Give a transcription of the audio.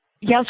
Yes